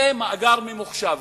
זה מאגר ממוחשב.